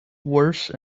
worse